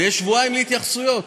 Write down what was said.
ויש שבועיים להתייחסות.